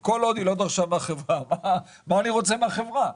כל עוד היא לא דרשה מהחברה, מה אני רוצה מהחברה?